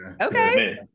okay